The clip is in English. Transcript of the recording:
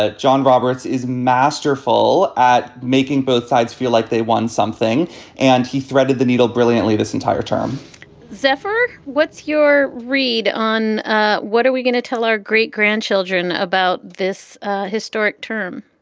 ah john roberts is masterful at making both sides feel like they won something and he threaded the needle brilliantly this entire term zephyr. what's your read on ah what are we going to tell our great grandchildren about this historic term?